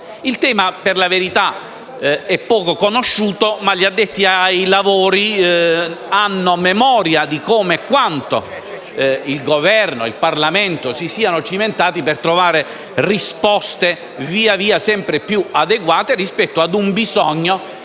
Il tema, per la verità, è poco conosciuto, ma gli addetti ai lavori hanno memoria di come e quanto il Governo e il Parlamento si siano cimentati per trovare risposte sempre più adeguate rispetto non solo